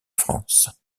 france